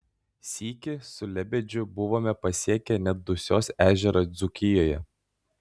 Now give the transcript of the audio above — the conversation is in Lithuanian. sykį su lebedžiu buvome pasiekę net dusios ežerą dzūkijoje